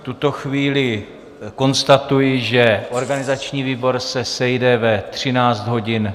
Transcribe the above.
V tuto chvíli konstatuji, že organizační výbor se sejde ve 13.05 hodin.